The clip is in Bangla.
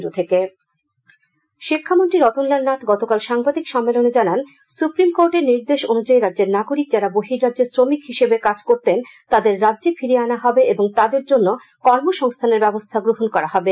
শিক্ষামন্ত্রী শিক্ষামন্ত্রী রতনলাল নাথ গতকাল সাংবাদিক সম্মেলনে জানান সুপ্রিমকোর্টের নির্দেশ অনুযায়ী রাজ্যের নাগরিক যারা বহির্রাজ্যে শ্রমিক হিসেবে কাজ করতেন তাদের রাজ্যে ফিরিয়ে আনা হবে এবং তাদের জন্য কর্মসংস্থানের ব্যবস্থা গ্রহণ করা হবে